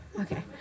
Okay